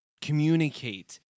communicate